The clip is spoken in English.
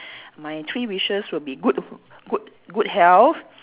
my three wishes would be good good good health